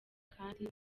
kandi